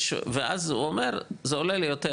ואז הוא אומר 'זה עולה לי יותר,